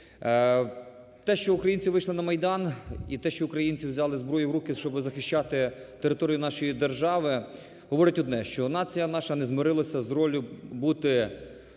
Те, що українці вийшли на Майдан і те, що українці взяли зброю в руки, щоби захищати територію нашої держави, говорить одне, що нація наша не змирилася з роллю бути